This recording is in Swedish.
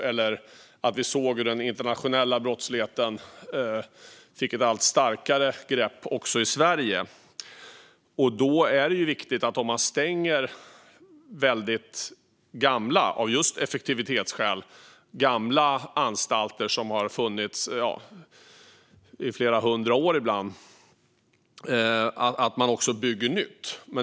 Vi såg också att den internationella brottsligheten fick ett allt starkare grepp även i Sverige. Om man av effektivitetsskäl stänger gamla anstalter som ibland har funnits i flera hundra år måste man också bygga nytt.